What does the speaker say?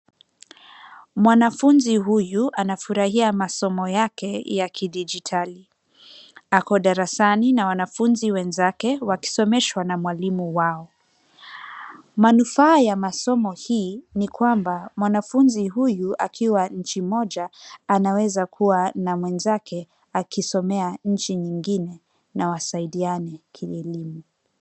Mwanafunzi huyu anafurahia masomo yake ya kidigitali. Ako darasani na wanafunzi wenzake wakisomeshwa na mwalimu wao. Manufaa ya masomo hii ni kwamba mwanafunzi huyu akiwa nchi moja, anaweza kuwa na mwenzake akisomea nchi nyingine na wasaidiane kielimu.